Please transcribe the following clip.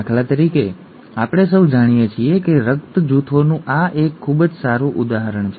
દાખલા તરીકે આપણે સૌ જાણીએ છીએ કે રક્ત જૂથોનું આ એક ખૂબ જ સારું ઉદાહરણ છે